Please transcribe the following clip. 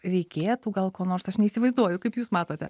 reikėtų gal ko nors aš neįsivaizduoju kaip jūs matote